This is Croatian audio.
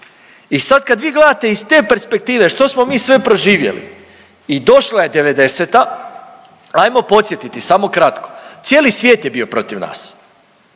I sad kad vi gledate iz te perspektive što smo mi sve proživjeli i došla je 90-a, ajmo podsjetiti samo kratko. Cijeli svijet je bio protiv nas.